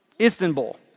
istanbul